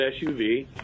SUV